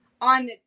on